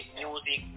music